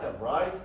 right